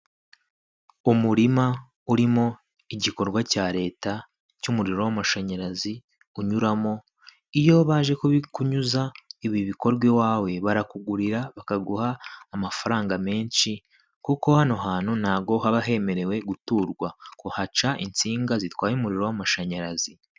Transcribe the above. Umurima urimo igikorwa cya leta cy'umuriro w'amashanyarazi unyuramo, iyo baje kubikunyuza ibi bikorwa iwawe barakugurira bakaguha amafaranga menshi, kuko hano hantu ntabwo haba hemerewe guturwa, kuko haca insinga zitwaye umuriro w'amashanyarazi.